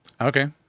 Okay